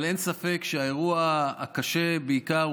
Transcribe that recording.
אבל אין ספק שהאירוע הקשה הוא בעיקר